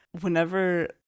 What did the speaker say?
Whenever